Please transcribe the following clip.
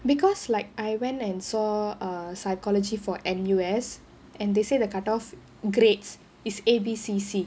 because like I went and saw err psychology for N_U_S and they say the cutoff grades is A B C C